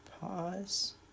Pause